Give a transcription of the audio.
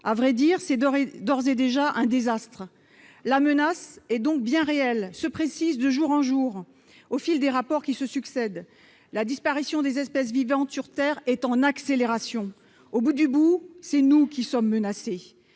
À vrai dire, c'est d'ores et déjà un désastre. La menace est donc bien réelle et se précise de jour en jour, au fil des rapports qui se succèdent. La disparition des espèces vivantes sur Terre est en accélération. Au bout du bout, c'est nous qui sommes menacés.